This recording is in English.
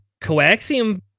coaxium